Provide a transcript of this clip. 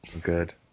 Good